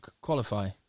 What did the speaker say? qualify